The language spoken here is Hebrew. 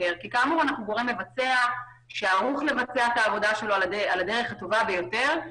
כי אנחנו גורם מבצע שערוך לבצע את העבודה שלו על הדרך הטובה ביותר.